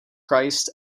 christ